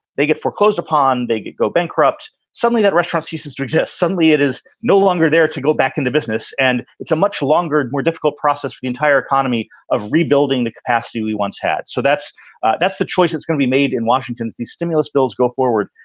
they get foreclosed upon, they could go bankrupt. suddenly that restaurant ceases to exist. suddenly, it is no longer there to go back into business. and it's a much longer, more difficult process for the entire economy of rebuilding the capacity we once had. so that's that's the choice that's going to be made in washington. the stimulus bills go forward.